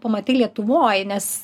pamatei lietuvoj nes